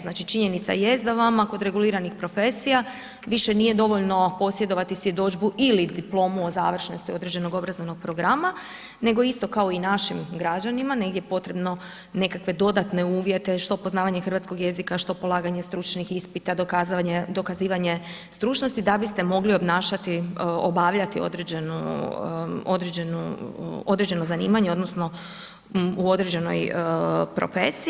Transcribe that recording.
Znači činjenica jest da vama kod reguliranih profesija više nije dovoljno posjedovati svjedodžbu ili diplomu o završenosti određenog obrazovnog programa, nego isto kao i našim građanima negdje potrebno nekakve dodatne uvjete što poznavanje hrvatskog jezika, što polaganje stručnih ispita, dokazivanje stručnosti da biste mogli obnašati, obavljati određeno zanimanje odnosno u određenoj profesiji.